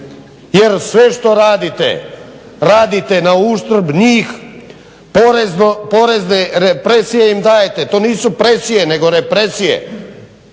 Jer sve što radite, radite na uštrb njih, porezne represije im dajete, to nisu presije nego represije